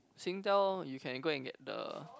Singtel you can go and get the